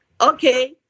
Okay